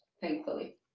thankfully